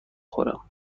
خورم